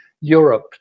Europe